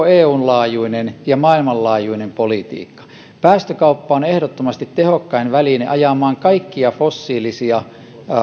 eun laajuinen ja maailmanlaajuinen politiikka päästökauppa on ehdottomasti tehokkain väline ajamaan kaikkia fossiilisia